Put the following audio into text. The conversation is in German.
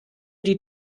die